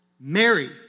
Mary